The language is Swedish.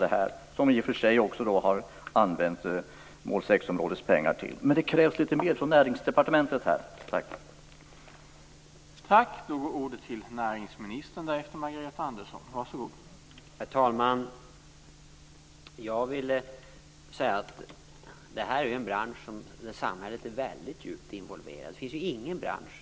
Det har ju i och för sig använts mål 6-områdespengar till detta också. Men det krävs litet mer från Näringsdepartementet här också.